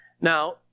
Now